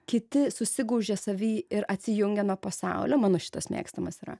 kiti susigūžia savy ir atsijungia nuo pasaulio mano šitas mėgstamas yra